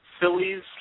Phillies